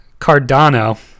Cardano